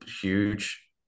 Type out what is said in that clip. huge